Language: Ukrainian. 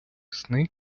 сни